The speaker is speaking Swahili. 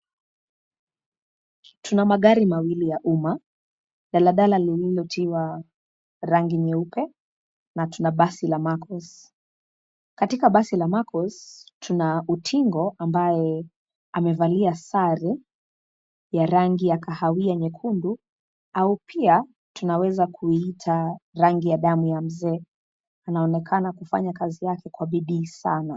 Tuna magari mawili ya umma, daladala lililotiwa, rangi nyeupe, na tuna basi la Narcos , katika basi la Narcos , tuna utingo ambaye, amevalia sare, ya rangi ya kahawia nyekundu, au pia, tunaweza kuiita, rangi ya damu ya mzee, anaonekana kufanya kazi yake kwa bidii sana.